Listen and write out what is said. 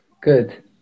good